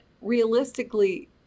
realistically